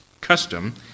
custom